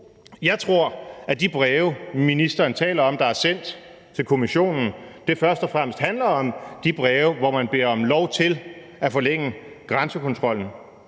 Jeg tror, at de breve, som ministeren taler om er blevet sendt til Kommissionen, først og fremmest er de breve, hvor man beder om lov til at forlænge grænsekontrollen,